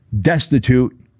destitute